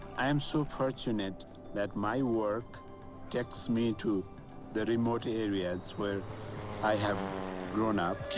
i am so fortunate that my work takes me to the remote areas where i have grown up.